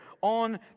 on